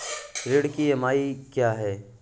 ऋण की ई.एम.आई क्या है?